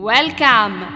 Welcome